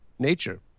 Nature